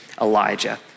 Elijah